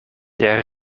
der